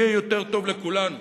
יהיה יותר טוב לכולנו.